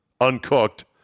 uncooked